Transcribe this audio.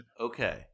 okay